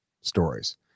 stories